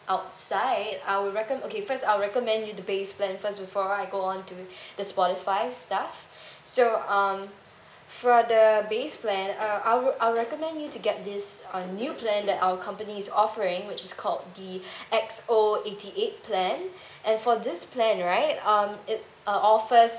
outside I'll recom~ okay first I'll recommend you to base plan first before I go on to the spotify stuff so um for the base plan uh I'll I'll recommend you to get this uh new plan that our company is offering which is called the X_O eighty eight plan and for this plan right um it uh offers